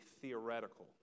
theoretical